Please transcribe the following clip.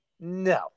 No